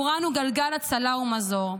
שעבורן הוא גלגל הצלה ומזור.